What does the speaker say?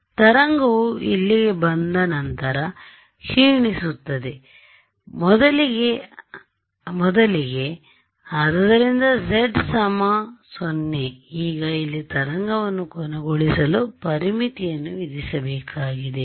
ಆದ್ದರಿಂದ ತರಂಗವು ಇಲ್ಲಿಗೆ ಬಂದು ನಂತರ ಕ್ಷೀಣಿಸುತ್ತದೆಮೊದಲಿಗೆ ಆದ್ದರಿಂದ z 0 ಈಗ ಇಲ್ಲಿ ತರಂಗವನ್ನು ಕೊನೆಗೊಳಿಸಲು ಪರಿಮಿತಿಯನ್ನು ವಿಧಿಸಬೇಕಾಗಿದೆ